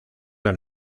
del